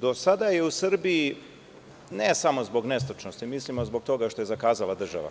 Do sada je u Srbiji, ne samo zbog nestručnosti, mislimo zbog toga što je zakazala država,